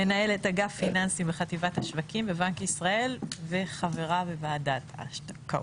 מנהלת אגף פיננסים בחטיבת השווקים בבנק ישראל וחברה בוועדת ההשקעות,